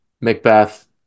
Macbeth